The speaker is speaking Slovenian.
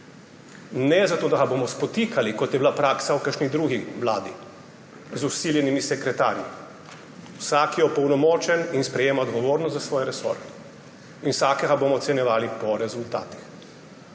Ne zato, da ga bomo spotikali, kot je bila praksa v kakšni drugi vladi z vsiljenimi sekretarji. Vsak je opolnomočen in sprejema odgovornost za svoj resor in vsakega bomo ocenjevali po rezultatih,